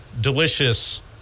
delicious